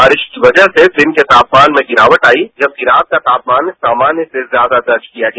बारिश की वजह से दिन के तापमान में गिरावट आई जबकि रात का तापमान सामान्य से ज्यादा दर्ज किया गया